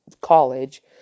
college